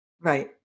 right